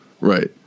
Right